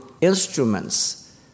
instruments